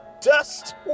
dust